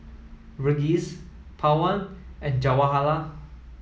Verghese Pawan and Jawaharlal